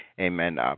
Amen